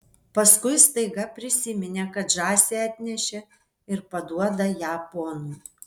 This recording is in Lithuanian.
paskui staiga prisiminė kad žąsį atnešė ir paduoda ją ponui